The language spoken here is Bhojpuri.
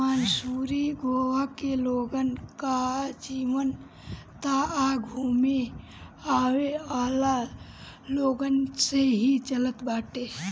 शिमला, मसूरी, गोवा के लोगन कअ जीवन तअ घूमे आवेवाला लोगन से ही चलत बाटे